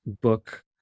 book